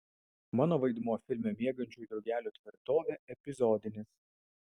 mano vaidmuo filme miegančių drugelių tvirtovė epizodinis